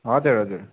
हजुर हजुर